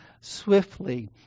swiftly